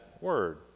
word